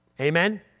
Amen